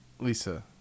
Lisa